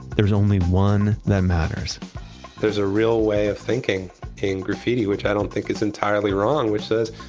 there's only one that matters there's a real way of thinking in graffiti, which i don't think is entirely wrong. which says,